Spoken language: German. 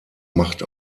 macht